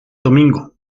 domingo